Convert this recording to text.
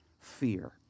fear